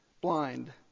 blind